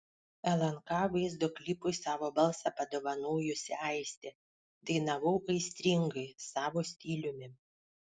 lnk vaizdo klipui savo balsą padovanojusi aistė dainavau aistringai savo stiliumi